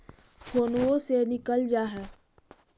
फोनवो से निकल जा है?